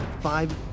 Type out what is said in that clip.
Five